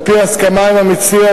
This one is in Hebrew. על-פי הסכמה עם המציע,